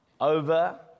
over